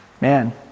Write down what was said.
Man